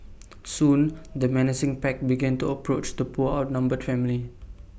soon the menacing pack began to approach the poor outnumbered family